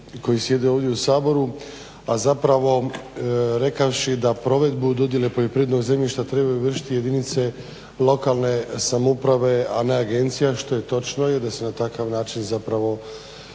koji sjede ovdje u Saboru, a zapravo rekavši da provedbu dodjele poljoprivrednog zemljišta trebaju vršiti jedinice lokalne samouprave, a ne agencija što je točno. Jer se na takav način zapravo